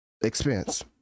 expense